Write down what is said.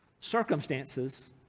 circumstances